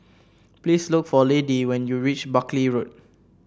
please look for Laddie when you reach Buckley Road